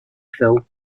phil